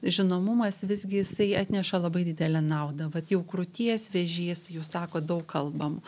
žinomumas visgi jisai atneša labai didelę naudą vat jau krūties vėžys jūs sakot daug kalbam